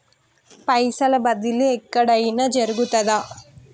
పైసల బదిలీ ఎక్కడయిన జరుగుతదా?